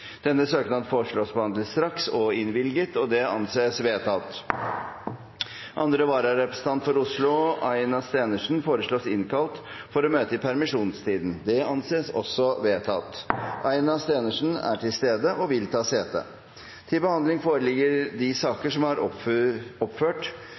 Denne søknad foreslås behandlet straks og innvilget. – Det anses vedtatt. Andre vararepresentant for Oslo, Aina Stenersen, foreslås innkalt for å møte i permisjonstiden. – Det anses vedtatt. Aina Stenersen er til stede og vil ta sete. Som